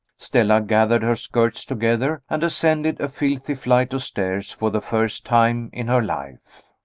stella gathered her skirts together, and ascended a filthy flight of stairs for the first time in her life.